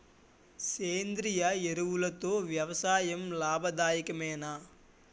సేంద్రీయ ఎరువులతో వ్యవసాయం లాభదాయకమేనా?